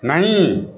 नहीं